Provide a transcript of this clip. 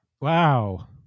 Wow